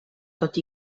tot